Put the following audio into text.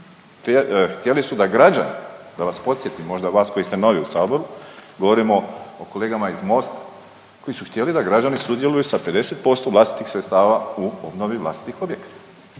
Htjeli su da građani, da vas podsjetim, možda vas koji ste novi u Saboru, govorimo o kolegama iz Mosta koji su htjeli da građani sudjeluju sa 50% vlastitih sredstva u obnovi vlastitih objekata.